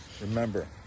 Remember